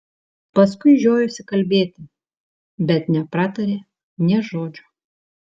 paskui žiojosi kalbėti bet nepratarė nė žodžio